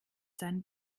sein